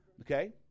okay